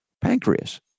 pancreas